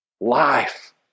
life